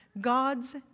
God's